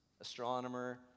astronomer